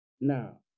Now